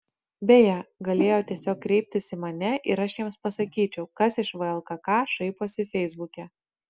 beje galėjo tiesiog kreiptis į mane ir aš jiems pasakyčiau kas iš vlkk šaiposi feisbuke